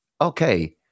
okay